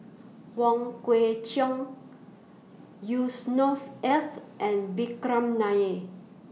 Wong Kwei Cheong Yusnor Ef and Vikram Nair